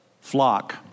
flock